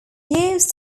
use